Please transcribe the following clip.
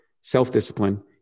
self-discipline